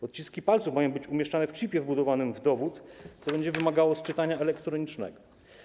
Odciski palców mają być umieszczane w czipie wbudowanym w dowód, co będzie wymagało sczytania elektronicznego.